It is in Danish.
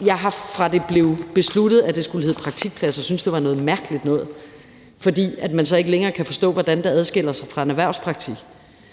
Jeg har, fra det blev besluttet, at det skulle hedde praktikpladser, syntes, det var noget mærkeligt noget, fordi man så ikke længere kan forstå, hvordan det adskiller sig fra en erhvervspraktik,